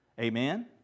Amen